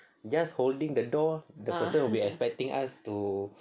just holding the door still will be expecting us to